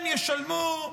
הם ישלמו,